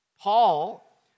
Paul